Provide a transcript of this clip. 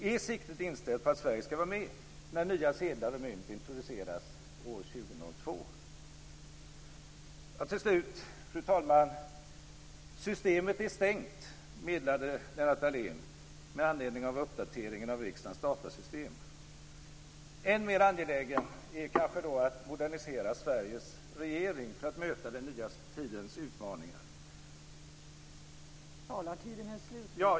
Är siktet inställt på att Sverige skall vara med när nya sedlar och mynt introduceras år 2002? Fru talman! Systemet är stängt, meddelade Lennart Daléus med anledning av uppdateringen av riksdagens datasystem. Än mer angeläget är kanske att modernisera Sveriges regering för att möta den nya tidens utmaningar.